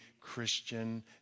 Christian